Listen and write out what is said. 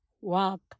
walk